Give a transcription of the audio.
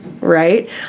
right